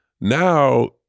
Now